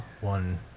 one